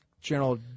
general